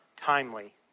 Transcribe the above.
timely